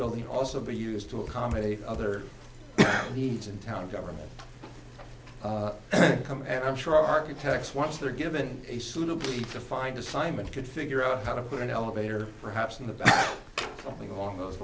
building also be used to accommodate other he's in town government come and i'm sure architects once they're given a suitably defined assignment could figure out how to put an elevator perhaps in the back something along those